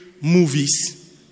movies